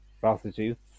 prostitutes